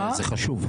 זה חשוב.